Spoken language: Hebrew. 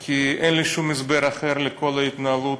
כי אין לי שום הסבר אחר לכל ההתנהלות,